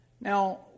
Now